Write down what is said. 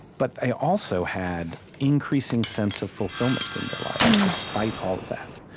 but they also had increasing sense of fulfillment in their life, despite all of that.